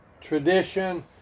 tradition